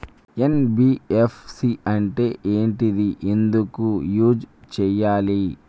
NBFC అంటే ఏంటిది ఎందుకు యూజ్ చేయాలి?